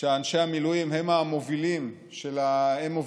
שאנשי המילואים הם מובילי המבנים,